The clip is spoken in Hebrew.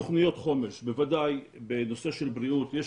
תכניות חומש, בוודאי בנושא של בריאות.